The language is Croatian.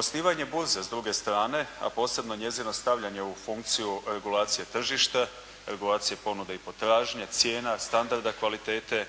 Osnivanje burze s druge strane, a posebno njezino stavljanje u funkciju regulacija tržišta, regulacija ponude i potražnje, cijena, standarda kvalitete